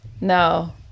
No